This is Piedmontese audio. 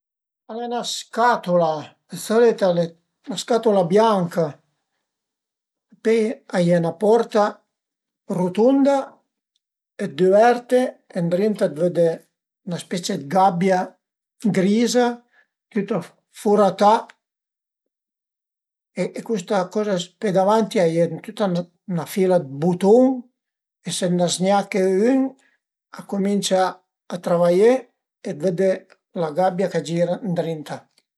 Al e 'na scatula, d'solit al e 'na scatula bianca, pöi a ie 'na porta rutunda, düverte e ëndrinta vëdde 'na specie dë gabbia griza tüta furatà e custa coza, pöi davanti a ie tüta 'na fila dë butun e se n'a zgnache ün a cumincia a travaié e vëdde la gabbia ch'a gira ëndrinta